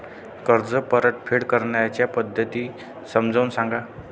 कर्ज परतफेड करण्याच्या पद्धती समजून सांगा